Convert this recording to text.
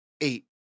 eight